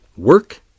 Work